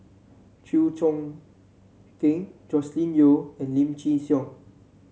Chew Choo Keng Joscelin Yeo and Lim Chin Siong